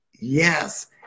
yes